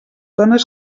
dones